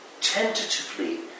tentatively